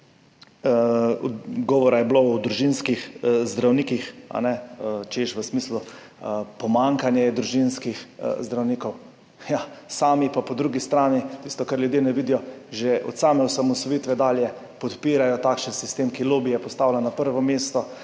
Govora je bilo o družinskih zdravnikih v smislu, pomanjkanje družinskih zdravnikov je, sami pa po drugi strani, tisto, česar ljudje ne vidijo, že od same osamosvojitve dalje podpirajo takšen sistem, ki lobije postavlja na prvo mesto,